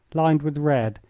lined with red,